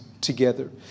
together